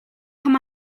kann